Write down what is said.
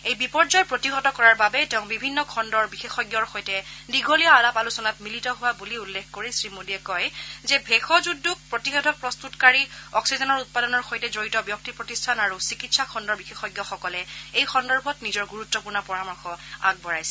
এই বিপৰ্যয় প্ৰতিহত কৰাৰ বাবে তেওঁ বিভিন্ন খণ্ডৰ বিশেষজ্ঞৰ সৈতে দীঘলীয়া আলাপ আলোচনাত মিলিত হোৱা বুলি উল্লেখ কৰি শ্ৰীমোদীয়ে কয় যে ভেষজ উদ্যোগ প্ৰতিষেধক প্ৰস্তকাৰী অক্সিজেনৰ উৎপাদনৰ সৈতে জড়িত ব্যক্তি প্ৰতিষ্ঠান আৰু চিকিৎসা খণ্ডৰ বিশেষজ্ঞসকলে এই সন্দৰ্ভত নিজৰ গুৰুত্বপূৰ্ণ পৰামৰ্শ আগবঢ়াইছে